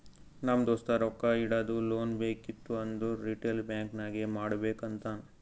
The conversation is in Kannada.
ನಮ್ ದೋಸ್ತ ರೊಕ್ಕಾ ಇಡದು, ಲೋನ್ ಬೇಕಿತ್ತು ಅಂದುರ್ ರಿಟೇಲ್ ಬ್ಯಾಂಕ್ ನಾಗೆ ಮಾಡ್ಬೇಕ್ ಅಂತಾನ್